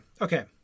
okay